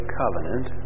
covenant